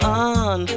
on